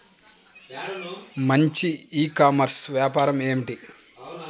మంచి e commerce వ్యాపారం ఏమిటీ?